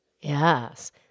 Yes